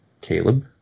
Caleb